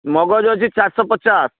ମଗଜ ଅଛି ଚାରିଶହ ପଚାଶ